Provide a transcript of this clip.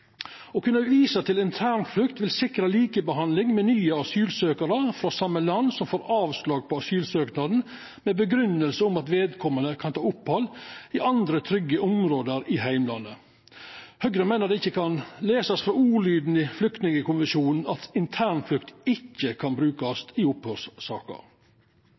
Å kunne visa til internflukt vil sikra likebehandling med nye asylsøkarar frå same land som får avslag på asylsøknaden med grunngjeving om at vedkommande kan ta opphald i andre trygge område i heimlandet. Høgre meiner det ikkje kan lesast av ordlyden i flyktningkonvensjonen at internflukt ikkje kan brukast i